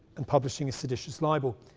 and publishing a seditious libel,